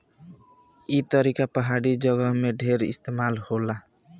ई तरीका पहाड़ी जगह में ढेर इस्तेमाल होला